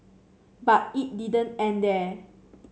but it didn't end there